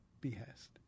behest